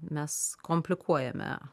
mes komplikuojame